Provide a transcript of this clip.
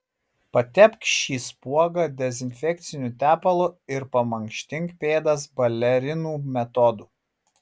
patepk šį spuogą dezinfekciniu tepalu ir pamankštink pėdas balerinų metodu